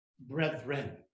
brethren